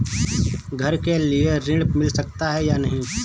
घर के लिए ऋण मिल सकता है या नहीं?